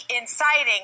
inciting